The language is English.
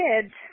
kids